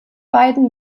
beiden